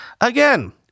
again